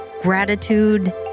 gratitude